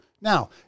Now